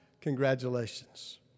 congratulations